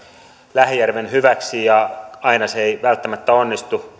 lähijärven hyväksi ja aina se ei välttämättä onnistu